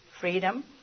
Freedom